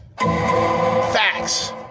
facts